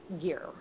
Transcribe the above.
year